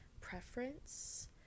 preference